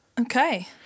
Okay